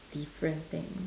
different thing